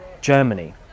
Germany